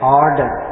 order